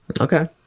Okay